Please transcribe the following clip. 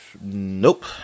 nope